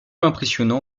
impressionnant